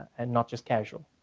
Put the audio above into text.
and not just casual.